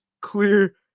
clear